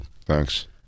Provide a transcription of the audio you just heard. Thanks